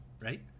right